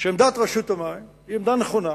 שעמדת רשות המים היא עמדה נכונה,